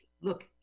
look